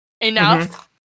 enough